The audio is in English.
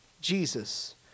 Jesus